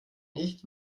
nicht